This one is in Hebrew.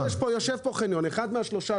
יושב פה חניון, אחד מהשלושה